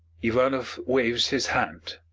ivanoff waves his hand.